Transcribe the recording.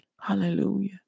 Hallelujah